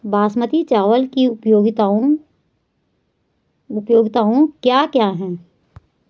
बासमती चावल की उपयोगिताओं क्या क्या हैं?